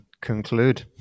conclude